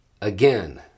Again